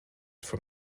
from